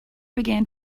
began